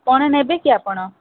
କ'ଣ ନେବେ କି ଆପଣ